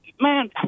man